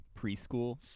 preschool